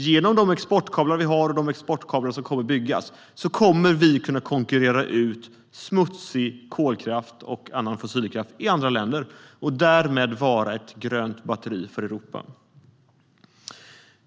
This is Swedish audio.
Genom de exportkablar som vi har och som kommer att byggas kommer vi att kunna konkurrera ut smutsig kolkraft och annan fossilkraft i andra länder och därmed vara ett grönt batteri för Europa.